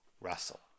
Russell